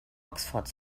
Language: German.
oxford